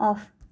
off